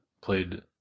played